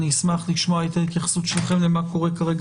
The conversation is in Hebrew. אשמח לשמוע את ההתייחסות שלכם למה שקורה כרגע